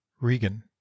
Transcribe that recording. REGAN